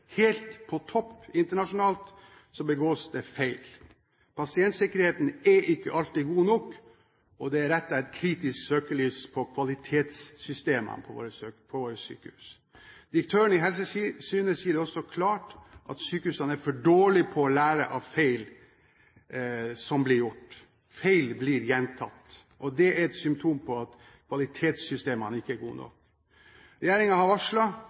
helt på topp internasjonalt, så begås det feil. Pasientsikkerheten er ikke alltid god nok, og det er rettet et kritisk søkelys på kvalitetssystemene på våre sykehus. Direktøren i Helsetilsynet sier også klart at sykehusene er for dårlig på å lære av feil som blir gjort. Feil blir gjentatt, og det er et symptom på at kvalitetssystemene ikke er gode nok. Regjeringen har